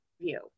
view